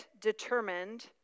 determined